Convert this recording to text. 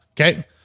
Okay